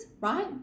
right